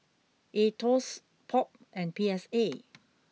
Aetos Pop and P S A